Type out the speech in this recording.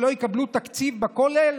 שלא יקבלו תקציב בכולל?